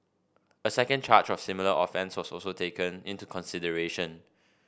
a second charge of similar offence also taken into consideration